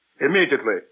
Immediately